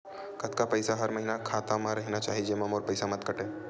कतका पईसा हर महीना खाता मा रहिना चाही जेमा मोर पईसा मत काटे?